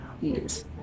yes